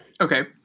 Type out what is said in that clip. Okay